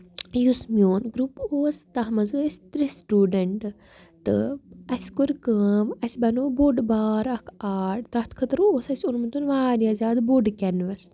یُس میون گروپ اوس تَتھ منٛز ٲسۍ ترٛےٚ سٹوٗڈنٹ تہٕ اَسہِ کور کٲم اَسہِ بَنوو بوٚڑ بارٕ اکھ آرٹ تَتھ خٲطرٕ اوس اَسہِ اوٚنمُت واریاہ زیادٕ بوٚڑ کیٚنوَس